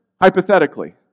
hypothetically